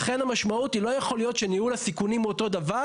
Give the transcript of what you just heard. לכן המשמעות היא שלא יכול להיות שניהול הסיכונים הוא אותו הדבר